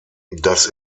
das